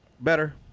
better